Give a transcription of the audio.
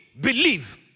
believe